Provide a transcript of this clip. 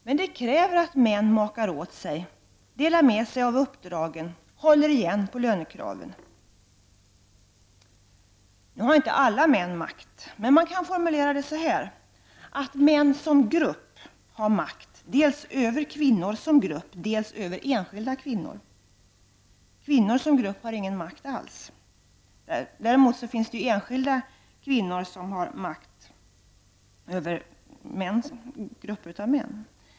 Men det kräver att män makar åt sig, delar med sig av uppdragen och håller igen på lönekraven. Alla män har visserligen inte makt. Men man kan formulera det så här: Män som grupp har makt dels över kvinnor som grupp, dels över enskilda kvinnor. Kvinnor som grupp har ingen makt alls. Däremot finns det enskilda kvinnor som har makt över grupper av män.